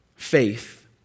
faith